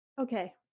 Okay